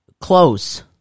Close